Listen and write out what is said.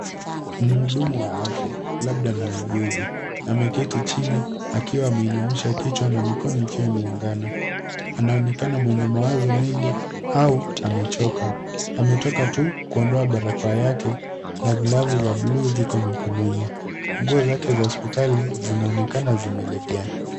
Ni muhudumu wa afya labda muuguzi. Ameketi chini akiwa ameinamisha kichwa na mikono ikiwa imeungana. Anaonekana mwenye mawazo mengi au amechoka. Ametoka tu kuondoa barakoa yake na glovu za bluu ziko mikononi. Nguo zake za hospitali zinaonekana zimelegea.